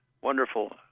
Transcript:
wonderful